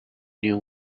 new